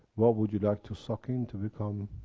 what would you like to suck in, to become